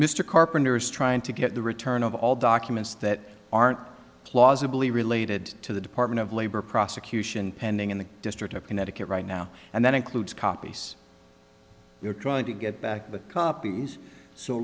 mr carpenter is trying to get the return of all documents that aren't plausibly related to the department of labor prosecution pending in the district of connecticut right now and that includes copies we are trying to get back the copies so